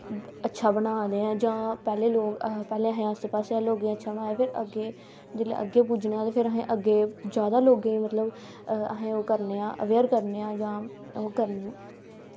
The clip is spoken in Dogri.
अच्छा बना दे ऐं जां पैह्लैं लोग पैह्लैं असैं आस्सै पास्सै अह्लैं लोगेंई अच्छा बनाई लैओ फिर अग्गैं जेल्लै अग्गैं पुज्जना त् पिर असैं अग्गें जादा लोगें मतलव अस ओह् करने आं अवेयर करने आं जां ओह् करने